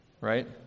Right